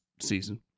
season